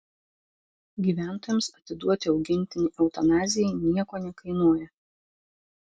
gyventojams atiduoti augintinį eutanazijai nieko nekainuoja